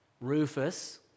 Rufus